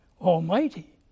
almighty